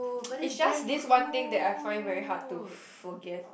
it's just this one thing that I find it very hard to forget